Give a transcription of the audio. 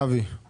(היו"ר ינון אזולאי)